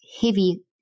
heavy